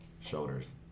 Shoulders